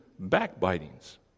Backbitings